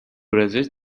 resist